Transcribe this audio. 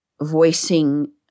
voicing